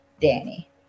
Danny